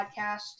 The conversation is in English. podcast